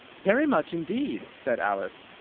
very much indeed, said alice.